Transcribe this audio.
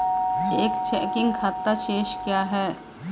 एक चेकिंग खाता शेष क्या है?